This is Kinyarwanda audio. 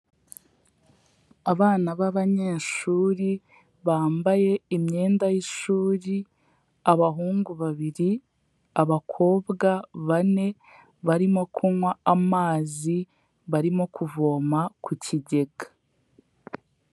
Abana b'abanyeshuri, bambaye imyenda y'ishuri, abahungu babiri, abakobwa bane, barimo kunywa amazi, barimo kuvoma ku kigega.